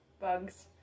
bugs